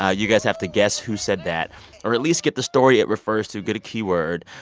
ah you guys have to guess who said that or at least get the story it refers to get a key word.